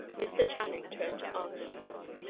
mr. channing turned to arthur.